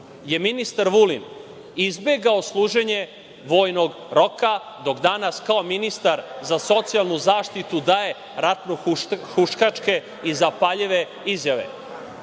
je ministar Vulin izbegao služenje vojnog roka, dok danas kao ministar za socijalnu zaštitu daje ratno-huškačke i zapaljive izjave?